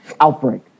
outbreak